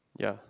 yeah